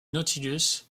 nautilus